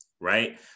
right